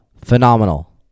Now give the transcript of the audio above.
phenomenal